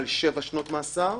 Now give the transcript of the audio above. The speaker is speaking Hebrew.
שגם מומחים בזה.